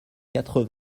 quatre